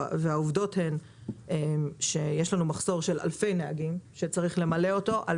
העובדות הן שיש לנו מחסור של אלפי נהגים שצריך למלא אותו על